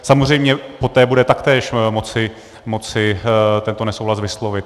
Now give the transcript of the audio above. Samozřejmě poté bude taktéž moci tento nesouhlas vyslovit.